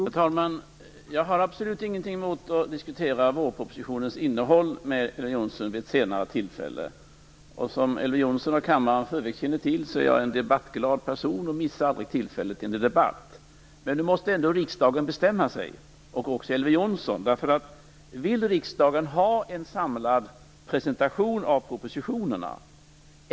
Herr talman! Jag har absolut ingenting emot att diskutera vårpropositionens innehåll med Elver Jonsson vid ett senare tillfälle. Som Elver Jonsson och kammaren för övrigt känner till är jag en debattglad person som aldrig missar ett tillfälle till en debatt. Men nu måste riksdagen, och Elver Jonsson, bestämma sig. Vill riksdagen ha en samlad presentation av propositionerna?